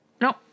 No